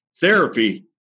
Therapy